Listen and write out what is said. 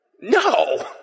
No